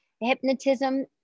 hypnotism